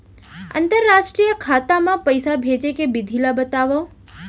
अंतरराष्ट्रीय खाता मा पइसा भेजे के विधि ला बतावव?